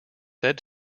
said